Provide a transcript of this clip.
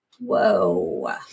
Whoa